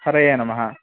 हरये नमः